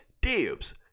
dibs